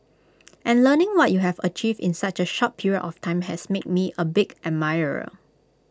and learning what you have achieved in such A short period of time has made me A big admirer